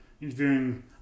interviewing